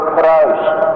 Christ